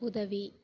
உதவி